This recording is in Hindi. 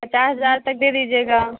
पचास हज़ार तक दे दीजिएगा